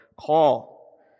call